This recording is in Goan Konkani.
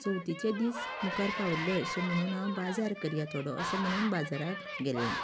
चवथीचे दीस मुखार पावले अशें म्हणून हांव बाजार करया थोडो असो म्हणून बाजाराक गेल्लें